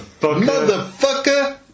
motherfucker